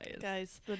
Guys